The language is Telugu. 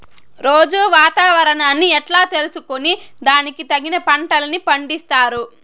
రోజూ వాతావరణాన్ని ఎట్లా తెలుసుకొని దానికి తగిన పంటలని పండిస్తారు?